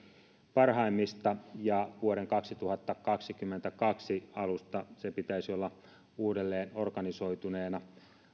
parhaimmista ja vuoden kaksituhattakaksikymmentäkaksi alusta sen pitäisi olla uudelleenorganisoituneena